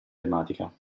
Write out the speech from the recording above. tematica